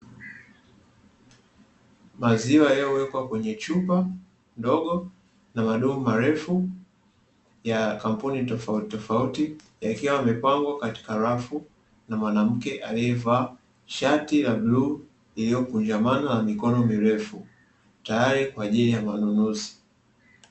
Maziwa yaliowekwa kwenye chupa ndogo na madumu marefu ya kampuni tofautitofauti. Yakiwa yamepangwa katika rafu na mwanamke aliyevaa shati la bluu iliyokunjamana la mikono mirefu. Tayari kwa ajili ya manunuzi.